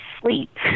sleep